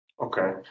Okay